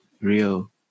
real